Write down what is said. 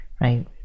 right